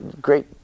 Great